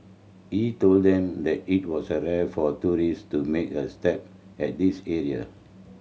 he told them that it was rare for tourists to make a step at this area